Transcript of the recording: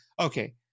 okay